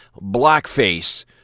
blackface